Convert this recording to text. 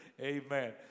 Amen